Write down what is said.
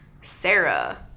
Sarah